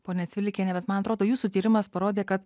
ponia cvilikiene bet man atrodo jūsų tyrimas parodė kad